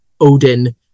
Odin